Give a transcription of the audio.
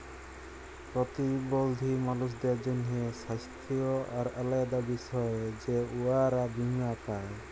পরতিবল্ধী মালুসদের জ্যনহে স্বাস্থ্য আর আলেদা বিষয়ে যে উয়ারা বীমা পায়